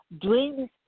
Dreams